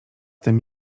tym